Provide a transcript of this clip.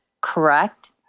correct